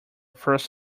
first